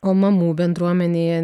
o mamų bendruomenėje